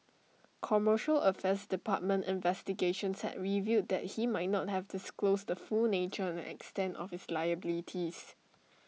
commercial affairs department investigations had revealed that he might not have disclosed the full nature and extent of his liabilities